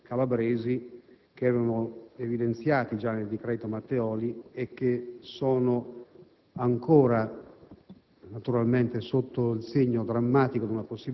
ma ai circa 70 e più paesi calabresi che erano evidenziati già nel decreto Matteoli e che sono ancora